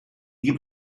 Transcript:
gibt